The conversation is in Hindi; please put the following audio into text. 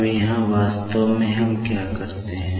अब यहाँ वास्तव में हम क्या करते हैं